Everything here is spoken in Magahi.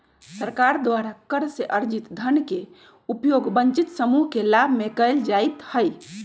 सरकार द्वारा कर से अरजित धन के उपयोग वंचित समूह के लाभ में कयल जाईत् हइ